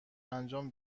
انجام